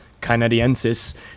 Canadiensis